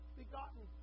begotten